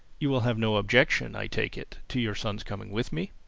you will have no objection, i take it, to your son's coming with me?